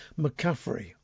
McCaffrey